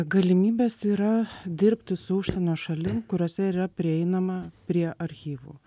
galimybės yra dirbti su užsienio šalim kuriose yra prieinama prie archyvų